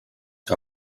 que